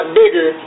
bigger